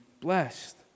blessed